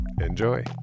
Enjoy